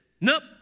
nope